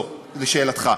לא, לשאלתך.